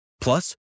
Plus